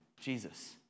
Jesus